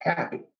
Happy